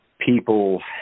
people